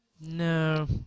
No